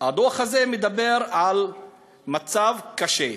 הדוח הזה מדבר על מצב קשה.